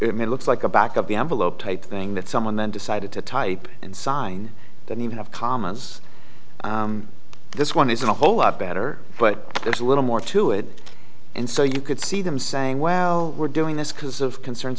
agreement it looks like a back of the envelope type thing that someone then decided to type and sign that even of commas this one is a whole lot better but there's a little more to it and so you could see them saying well we're doing this because of concerns